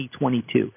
2022